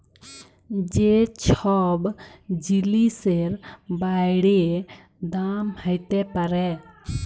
যে ছব জিলিসের বাইড়ে দাম হ্যইতে পারে